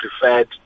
preferred